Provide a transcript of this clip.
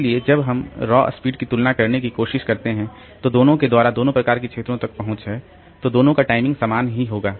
इसलिए जब हम रॉ स्पीड की तुलना करने की कोशिश करते हैं तो दोनों के द्वारा दोनों प्रकार की क्षेत्रों तक का पहुंच है तो दोनों का टाइमिंग समान ही होगा